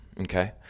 okay